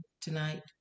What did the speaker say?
tonight